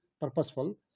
purposeful